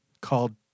called